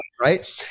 right